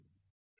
ಆಯಿತು